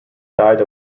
died